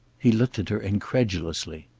he looked at her incredulously.